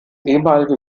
ehemalige